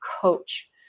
coach